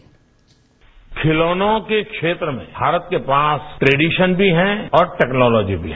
bite खिलौनों के क्षेत्र में भारत के पास क्रेडिशन भी है और टेक्नोलॉजी भी है